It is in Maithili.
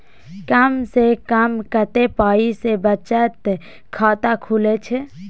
कम से कम कत्ते पाई सं बचत खाता खुले छै?